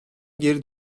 geri